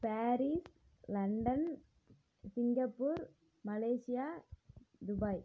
Paris London Singapore Malaysia Dubai